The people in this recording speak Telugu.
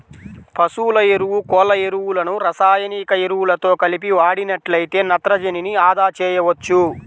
పశువుల ఎరువు, కోళ్ళ ఎరువులను రసాయనిక ఎరువులతో కలిపి వాడినట్లయితే నత్రజనిని అదా చేయవచ్చు